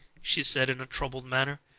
she said in a troubled manner,